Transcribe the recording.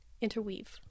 Interweave